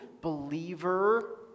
believer